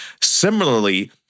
Similarly